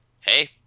Hey